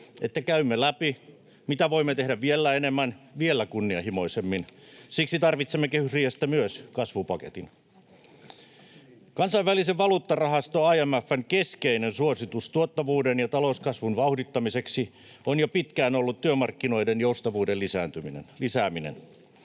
että käymme läpi, mitä voimme tehdä vielä enemmän, vielä kunnianhimoisemmin. Siksi tarvitsemme kehysriihestä myös kasvupaketin. Kansainvälisen valuuttarahasto IMF:n keskeinen suositus tuottavuuden ja talouskasvun vauhdittamiseksi on jo pitkään ollut työmarkkinoiden joustavuuden lisääminen.